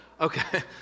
Okay